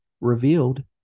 revealed